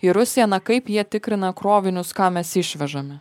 į rusiją na kaip jie tikrina krovinius ką mes išvežame